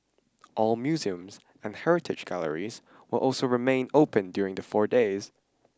all museums and heritage galleries will also remain open during the four days